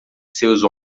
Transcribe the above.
seus